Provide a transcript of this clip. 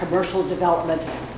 commercial development